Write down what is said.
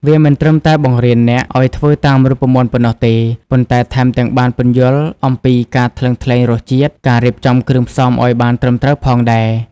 វាមិនត្រឹមតែបង្រៀនអ្នកឲ្យធ្វើតាមរូបមន្តប៉ុណ្ណោះទេ ប៉ុន្តែថែមទាំងបានពន្យល់អំពីការថ្លឹងថ្លែងរសជាតិ ការរៀបចំគ្រឿងផ្សំឲ្យបានត្រឹមត្រូវផងដែរ។